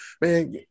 man